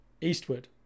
eastward